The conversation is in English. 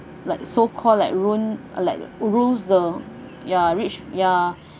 like so call like ruin uh like the rules the ya rich ya